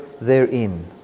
therein